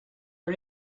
are